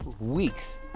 weeks